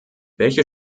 welche